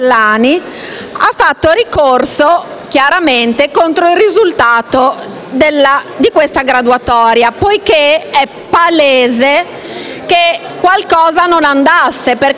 ha fatto ricorso contro il risultato di questa graduatoria, poiché è palese che qualcosa non andava. Non è possibile